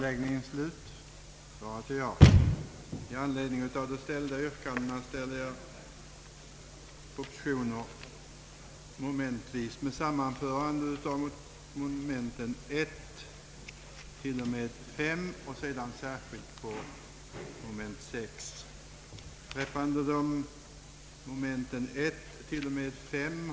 Herr talman! Mitt inlägg kan bli kort. Herr Schött har redan lagt orden i munnen på mig. Det pågår en utredning om statsbidrag till skolbyggnader.